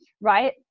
right